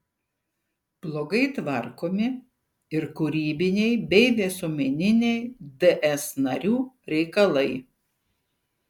blogai tvarkomi ir kūrybiniai bei visuomeniniai ds narių reikalai